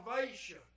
salvation